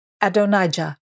Adonijah